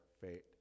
fate